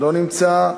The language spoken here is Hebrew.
לא נמצא.